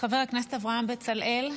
חבר הכנסת אברהם בצלאל,